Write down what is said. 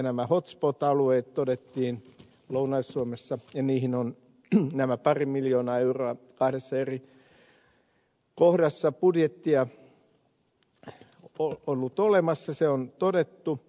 nämä hot spot alueet todettiin lounais suomessa ja niihin on nämä pari miljoonaa euroa kahdessa eri kohdassa budjettia ollut olemassa se on todettu